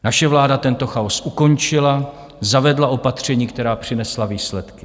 Naše vláda tento chaos ukončila, zavedla opatření, která přinesla výsledky.